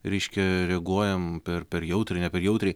reiškia reaguojam per per jautriai ne per jautriai